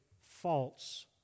false